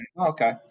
Okay